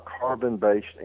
carbon-based